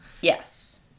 Yes